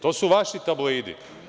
To su vaši tabloidi.